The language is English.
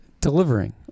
delivering